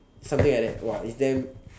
something like that it's damn